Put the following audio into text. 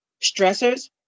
stressors